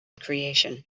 creation